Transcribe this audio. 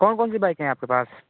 कौन कौनसी बाइक हैं आपके पास